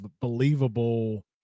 believable